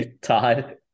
Todd